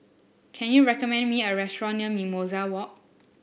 can you recommend me a restaurant near Mimosa Walk